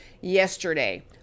yesterday